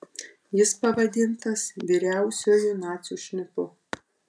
jis pavadintas vyriausiuoju nacių šnipu